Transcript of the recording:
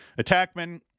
attackmen